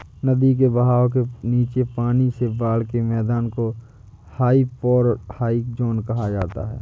नदी के बहाव के नीचे पानी से बाढ़ के मैदान को हाइपोरहाइक ज़ोन कहा जाता है